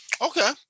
Okay